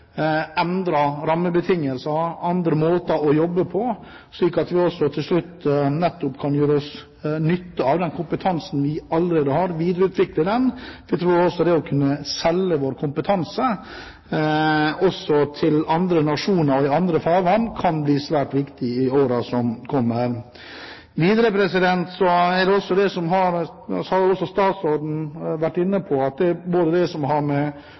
rammebetingelser og andre måter å jobbe på, slik at vi til slutt kan gjøre nytte av nettopp den kompetansen vi allerede har, og videreutvikle den. Jeg tror også at det å kunne selge vår kompetanse til andre nasjoner og i andre farvann kan bli svært viktig i årene som kommer. Videre har statsråden vært inne på det som har med haleproduksjon å gjøre, selv om han er uenig med undertegnede når det gjelder det skattemessige. Vi får heller se på det